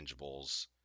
intangibles